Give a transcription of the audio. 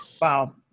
Wow